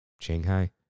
Shanghai